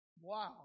Wow